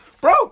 Bro